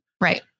Right